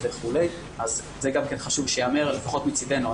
גם זה חשוב שייאמר, לפחות מצדנו.